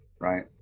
right